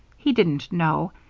he didn't know,